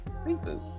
seafood